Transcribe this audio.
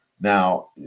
Now